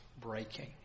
breaking